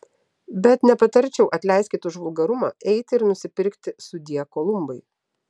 bet nepatarčiau atleiskit už vulgarumą eiti ir nusipirkti sudie kolumbai